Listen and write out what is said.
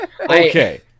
Okay